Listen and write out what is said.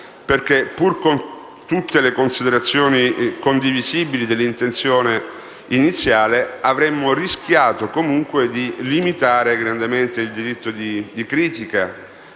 perché, pur con tutte le considerazioni condivisibili dell'intenzione iniziale, avremmo rischiato comunque di limitare il diritto di critica